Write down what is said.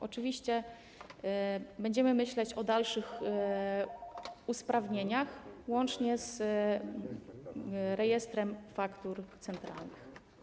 Oczywiście będziemy myśleć o dalszych usprawnieniach, łącznie z rejestrem faktur centralnych.